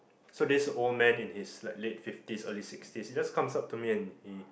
so this old man in his like late fifties or late sixties he just comes up to me and he